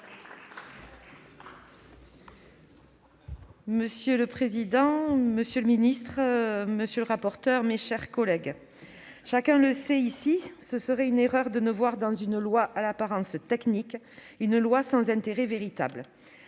Monsieur le président, monsieur le ministre, mes chers collègues, chacun le sait ici, ce serait une erreur de voir dans ce texte à l'apparence technique une loi sans intérêt véritable.